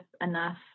enough